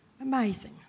Amazing